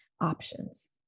options